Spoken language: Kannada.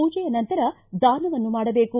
ಪೂಜೆಯ ನಂತರ ದಾನವನ್ನು ಮಾಡಬೇಕು